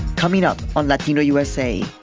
coming up on latino usa,